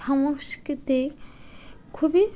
সংস্কৃতি খুবই